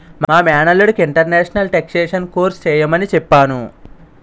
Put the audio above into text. మా మేనల్లుడికి international taxation course చెయ్యమని చెప్పాను